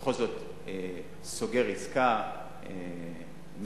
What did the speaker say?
בכל זאת סוגר עסקה,